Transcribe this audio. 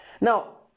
Now